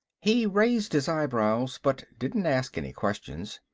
he raised his eyebrows, but didn't ask any questions.